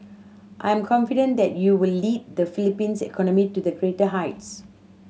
I am confident that you will lead the Philippines economy to the greater heights